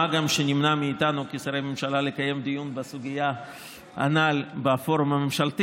מה גם שנמנע מאיתנו כשרי ממשלה לקיים דיון בסוגיה הנ"ל בפורום הממשלתי.